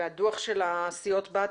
והדוח של סיעות הבת,